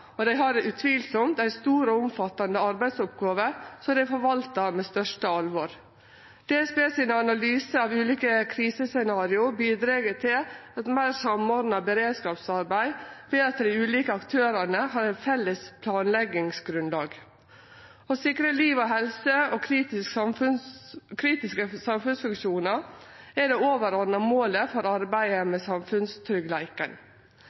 og dei har utvilsamt ei stor og omfattande arbeidsoppgåve, som dei forvaltar med største alvor. DSBs analyse av ulike krisescenario bidreg til eit meir samordna beredskapsarbeid ved at dei ulike aktørane har eit felles planleggingsgrunnlag. Å sikre liv og helse og kritiske samfunnsfunksjonar er det overordna målet for arbeidet